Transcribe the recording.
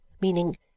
meaning